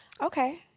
Okay